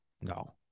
no